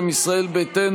פה.